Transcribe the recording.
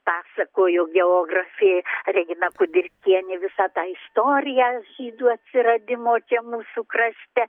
pasakojo geografė regina kudirkienė visą tą istoriją žydų atsiradimo čia mūsų krašte